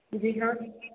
जी हाँ